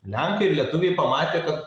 lenkai ir lietuviai pamatė kad